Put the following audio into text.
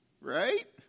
Right